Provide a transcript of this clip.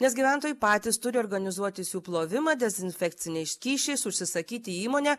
nes gyventojai patys turi organizuotis jų plovimą dezinfekciniais skysčiais užsisakyti įmonę